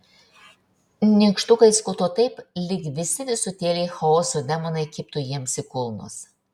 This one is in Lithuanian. nykštukai skuto taip lyg visi visutėliai chaoso demonai kibtų jiems į kulnus